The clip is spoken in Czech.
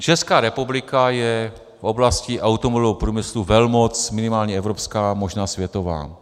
Česká republika je oblastí automobilového průmyslu, velmoc minimálně evropská, možná světová.